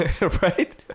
Right